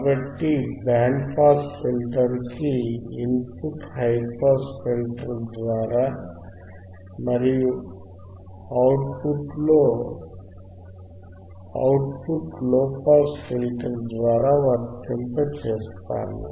కాబట్టి band pass filter కి input high pass filter ద్వారా మరియు అవుట్ పుట్ లోపాస్ ఫిల్టర్ ద్వారా వర్తింపచేస్తాము